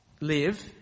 live